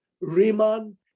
Riemann